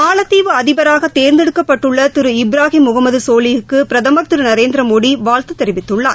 மாலத்தீவு அதிபராக தேர்ந்தெடுக்கப்பட்டுள்ள திரு இப்ராஹிம் முகமது சோலீஹ் க்கு பிரதமர் திரு நரேந்திரமோடி வாழ்த்து தெரிவித்துள்ளார்